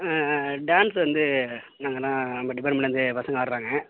ஆ ஆ ஆ டான்ஸ் வந்து நாங்கள்லாம் நம்ம டிப்பார்ட்மென்ட்லருந்து பசங்க ஆட்றாங்க